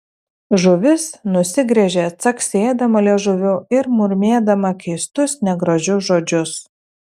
žuvis nusigręžė caksėdama liežuviu ir murmėdama keistus negražius žodžius